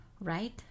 right